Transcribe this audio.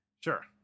Sure